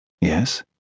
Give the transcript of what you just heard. yes